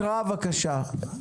הקראה, בבקשה.